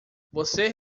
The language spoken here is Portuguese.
você